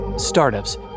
Startups